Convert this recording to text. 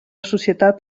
societat